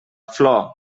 flor